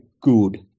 good